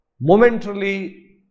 momentarily